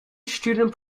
student